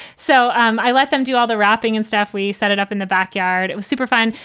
so um i let them do all the wrapping and stuff. we set it up in the backyard. it was super fun.